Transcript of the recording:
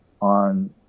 on